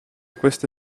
queste